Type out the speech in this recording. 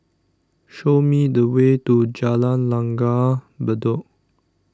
show me the way to Jalan Langgar Bedok